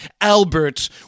Albert